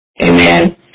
Amen